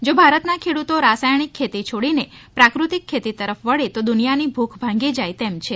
જો ભારતના ખેડુતો રાસાયણીક ખેતી છોડીને પ્રાકૃતિક ખેતી તરફ વળે તો દુનિયાની ભૂખ ભાંગી જાય તેમ છે